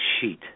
sheet